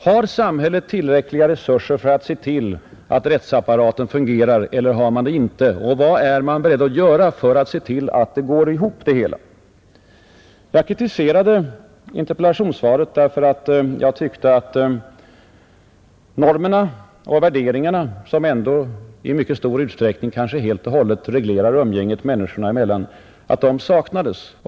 Har samhället tillräckliga resurser för att se till att rättsapparaten fungerar eller har det det inte? Vad är man beredd att göra för att rätta till det som är sjukt? Jag kritiserade interpellationssvaret därför att jag tyckte att hänvisningen till de normer och värderingar, som i mycket stor utsträckning bör reglera umgänget mellan människorna, saknades.